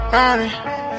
running